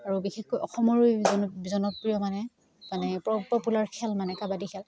আৰু বিশেষকৈ অসমৰো জনপ্ৰিয় মানে মানে প্ৰপ'লাৰ খেল মানে কাবাডী খেল